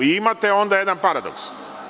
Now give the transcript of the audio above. Imate onda jedan paradoks.